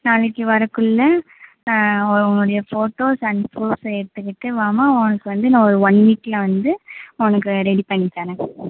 நாளைக்கு வரக்குள்ளே உ உன்னுடைய ஃபோட்டோஸ் அண்ட் ப்ரூஃப் எடுத்துக்கிட்டு வாம்மா உனக்கு வந்து நான் ஒரு ஒன் வீக்கில் வந்து உனக்கு ரெடி பண்ணி தரேன்